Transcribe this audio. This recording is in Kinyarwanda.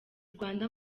rwanda